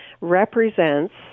represents